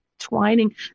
twining